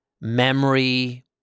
memory